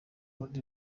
rundi